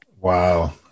Wow